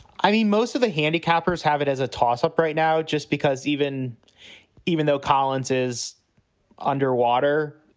i mean, most of the handicappers have it as a toss up right now just because even even though collins is underwater,